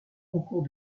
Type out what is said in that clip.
concours